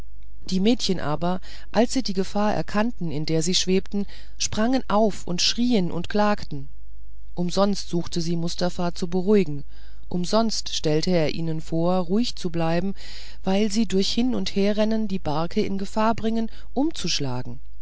die mädchen aber als sie die gefahr erkannten in der sie schwebten sprangen auf und schrien und klagten umsonst suchte sie mustafa zu beruhigen umsonst stellte er ihnen vor ruhig zu bleiben weil sie durch ihr hin und herrennen die barke in gefahr bringen umzuschlagen